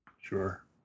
Sure